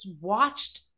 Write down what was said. watched